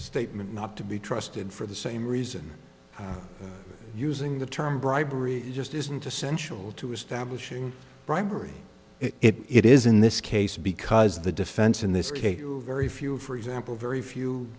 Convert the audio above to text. statement not to be trusted for the same reason using the term bribery just isn't essential to establishing bribery it is in this case because the defense in this case very few for example very few